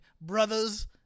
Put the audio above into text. brothers